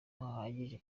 hahagije